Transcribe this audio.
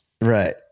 Right